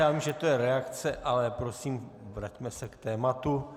Vím, že to je reakce, ale prosím, vraťme se k tématu.